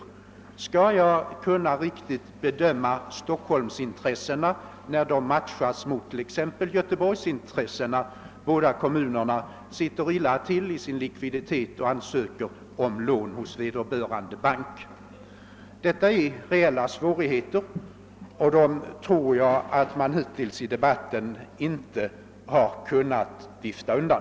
Kan en sådan styrelseledamot på ett riktigt sätt bedöma Stockholmsintressena när de matchas t.ex. mot Göteborgsintressena, om båda kommunerna söker lån hos vederbörande bank i ett läge då likviditetsställningen är dålig på båda hållen? Detta är reella svårigheter, och dem har man hittills i debatten inte kunnat vifta undan.